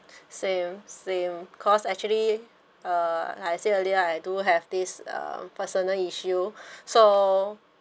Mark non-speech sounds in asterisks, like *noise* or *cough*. same same cause actually uh like I said earlier I do have this uh personal issue *breath* so